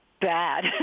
bad